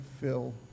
fill